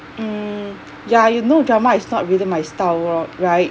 mm ya you know drama is not really my style lor right